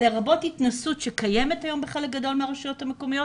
לרבות התנסות שקיימת היום בחלק גדול מהרשויות המקומיות.